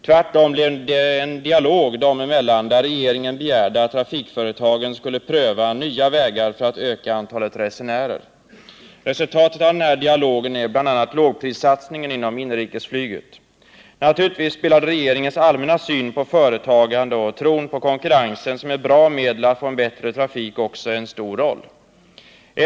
Tvärtom blev det en dialog dem emellan, där regeringen begärde att trafikföretagen skulle pröva nya vägar att öka antalet resenärer. Resultat av den här dialogen är bl.a. lågprissatsningen inom inrikesflyget. Naturligtvis spelade regeringens allmänna syn på företagande och tron på konkurrensen som ett bra medel att få en bättre trafik också en stor roll.